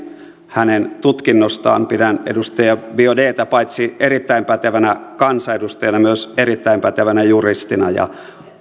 hänen tutkinnostaan pidän edustaja biaudetta paitsi erittäin pätevänä kansanedustaja myös erittäin pätevänä juristina ja